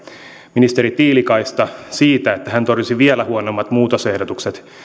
ministeri tiilikaista siitä että hän torjui vielä huonommat muutosehdotukset